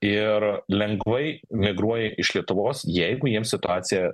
ir lengvai migruoja iš lietuvos jeigu jiem situacija